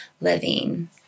living